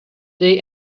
they